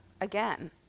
again